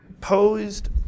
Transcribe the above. posed